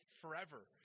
forever